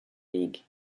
league